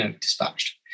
dispatched